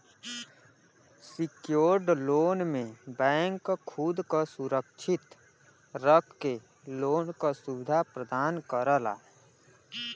secured loan में bank खुद क सुरक्षित रख के लोन क सुविधा प्रदान करला